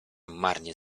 marnie